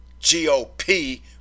GOP